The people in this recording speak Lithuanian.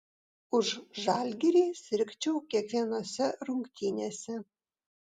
už žalgirį sirgčiau kiekvienose rungtynėse